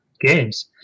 games